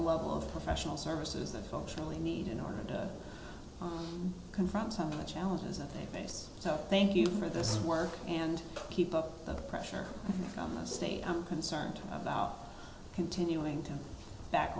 level of professional services that functionally need in order to confront some challenges that they face so thank you for this work and keep up the pressure on the state i'm concerned about continuing to back